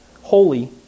holy